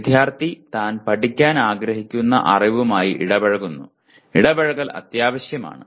വിദ്യാർത്ഥി താൻ പഠിക്കാൻ ആഗ്രഹിക്കുന്ന അറിവുമായി ഇടപഴകുന്നു ഇടപഴകൽ അത്യാവശ്യമാണ്